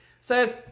says